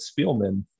Spielman